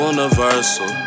Universal